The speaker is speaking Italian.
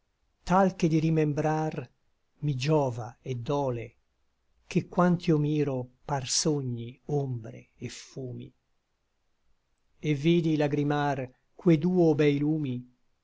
che di rimembrar mi giova et dole ché quant'io miro par sogni ombre et fumi et vidi lagrimar que duo bei lumi